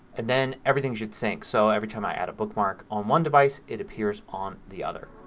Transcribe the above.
then everything should sync. so every time i add a bookmark on one device it appears on the other.